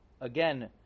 again